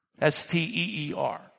S-T-E-E-R